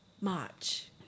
March